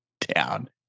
down